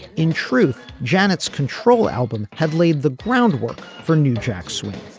in truth janet's control album had laid the groundwork for new jack swing